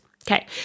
Okay